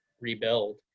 rebuild